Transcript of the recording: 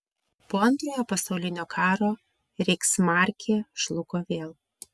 po antrojo pasaulinio karo reichsmarkė žlugo vėl